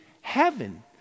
heaven